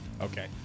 Okay